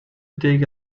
dig